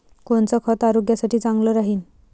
कोनचं खत आरोग्यासाठी चांगलं राहीन?